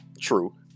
true